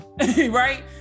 right